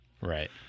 Right